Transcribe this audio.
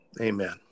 Amen